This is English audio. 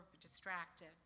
distracted